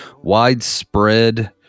widespread